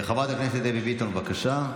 חברת הכנסת דבי ביטון, בבקשה.